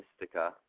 Mystica